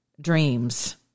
dreams